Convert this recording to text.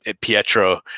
pietro